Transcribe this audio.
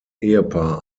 ehepaar